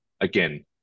again